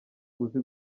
uzi